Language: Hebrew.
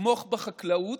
לתמוך בחקלאות,